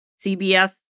CBS